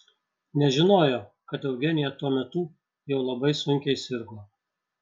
nežinojo kad eugenija tuo metu jau labai sunkiai sirgo